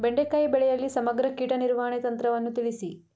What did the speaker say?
ಬೆಂಡೆಕಾಯಿ ಬೆಳೆಯಲ್ಲಿ ಸಮಗ್ರ ಕೀಟ ನಿರ್ವಹಣೆ ತಂತ್ರವನ್ನು ತಿಳಿಸಿ?